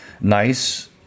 nice